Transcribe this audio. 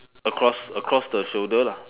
across across the shoulder